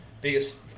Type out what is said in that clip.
biggest